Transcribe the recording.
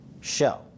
show